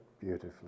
beautifully